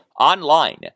online